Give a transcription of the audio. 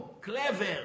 clever